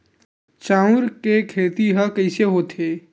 चांउर के खेती ह कइसे होथे?